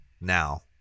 Now